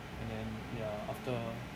and then ya after